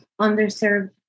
underserved